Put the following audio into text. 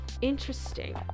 interesting